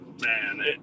Man